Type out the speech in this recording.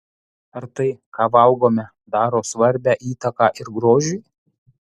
ar tai ką valgome daro svarbią įtaką ir grožiui